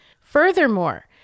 Furthermore